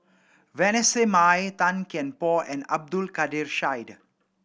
Vanessa Mae Tan Kian Por and Abdul Kadir Syed